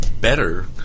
better